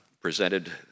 presented